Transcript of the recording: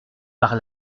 par